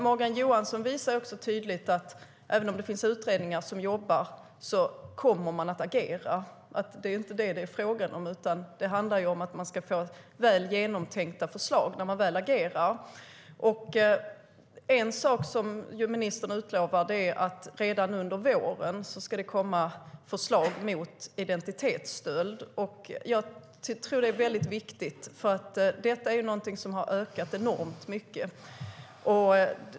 Morgan Johansson visar tydligt att även om det finns utredningar som jobbar kommer regeringen att agera. Det är inte det som det handlar om utan om att få fram väl genomtänkta förslag när man väl agerar. En sak som ministern utlovar är att det redan under våren ska komma förslag mot identitetsstöld, vilket jag tror är viktigt. Det har ökat enormt.